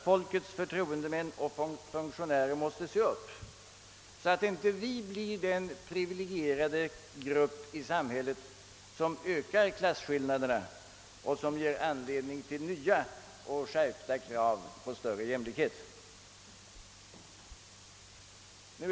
Folkets förtroendemän och funktionärer måste se upp, så att vi inte blir en privilegierad grupp i samhället som ökar klasskillnaderna och som ger anledning till nya och skärpta krav på större jämlikhet.